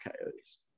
Coyotes